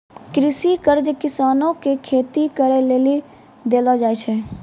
कृषि कर्ज किसानो के खेती करे लेली देलो जाय छै